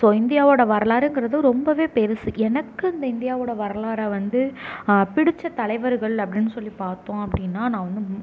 இப்போ இந்தியாவோடய வரலாறுங்கிறது ரொம்பவே பெருசு எனக்கு இந்த இந்தியாவோட வரலாறை வந்து பிடிச்ச தலைவர்கள் அப்படின்னு சொல்லி பார்த்தோம் அப்படின்னா நான் வந்து